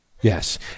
Yes